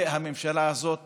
והממשלה הזאת